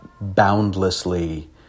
boundlessly